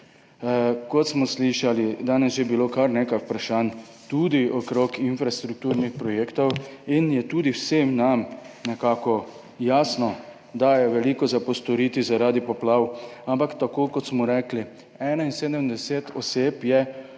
kot smo slišali, danes že bilo kar nekaj vprašanj tudi okrog infrastrukturnih projektov in je tudi vsem nam nekako jasno, da je veliko za postoriti zaradi poplav, ampak tako kot smo rekli, 71 oseb je